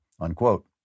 Unquote